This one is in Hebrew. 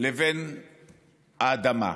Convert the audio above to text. לבין האדמה.